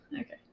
Okay